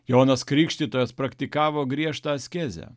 jonas krikštytojas praktikavo griežtą askezę